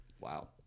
Wow